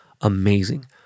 amazing